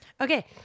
Okay